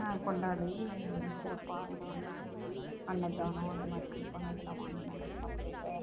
கொண்டாடி சிறப்பாக அதில் வந்து அன்னதானம் அந்த மாதிரி கொடுப்பாங்க அதலாம் வாங்கி நாங்கள் சாப்பிடுவோம்